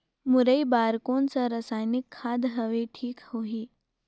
मुरई बार कोन सा रसायनिक खाद हवे ठीक होही?